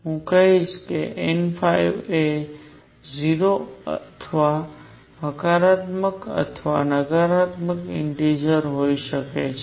તેથી હું કહીશ n એ 0 અથવા હકારાત્મક અથવા નકારાત્મક ઇન્ટેજર્સ હોઈ શકે છે